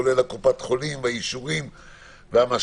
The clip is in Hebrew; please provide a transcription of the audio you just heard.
כולל קופת החולים והאישורים והמשל"ט,